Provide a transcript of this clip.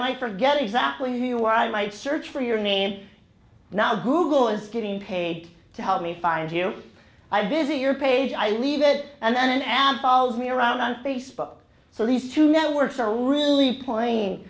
might forget exactly who you are i might search for your name now google is getting paid to help me find you i visit your page i leave it and then an ad follows me around on facebook so these two networks are really playing